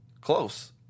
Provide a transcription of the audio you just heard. close